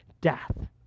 death